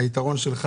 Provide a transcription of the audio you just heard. היתרון שלך